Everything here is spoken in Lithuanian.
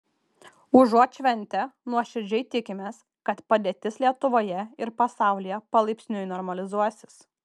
užuot šventę nuoširdžiai tikimės kad padėtis lietuvoje ir pasaulyje palaipsniui normalizuosis